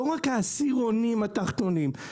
לא רק העשירונים התחתונים,